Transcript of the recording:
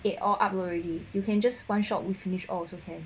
eight all upload already you can just one shot read finish all also can